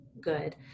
good